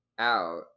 out